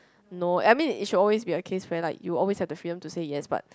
no I mean it should always be a case where like you always have the freedom to say yes but